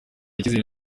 icyizere